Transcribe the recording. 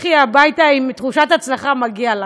לכי הביתה עם תחושת הצלחה, מגיע לך.